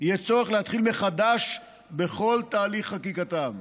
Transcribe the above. יהיה צורך להתחיל מחדש בכל תהליך חקיקתם.